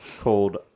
called